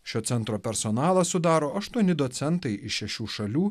šio centro personalą sudaro aštuoni docentai iš šešių šalių